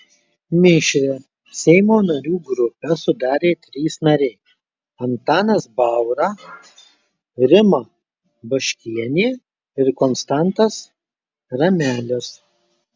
mišrią seimo narių grupę sudarė trys nariai antanas baura rima baškienė ir konstantas ramelis